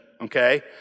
okay